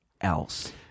else